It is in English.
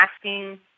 asking